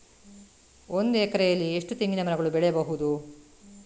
ಒಂದು ಎಕರೆಯಲ್ಲಿ ಎಷ್ಟು ತೆಂಗಿನಮರಗಳು ಬೆಳೆಯಬಹುದು?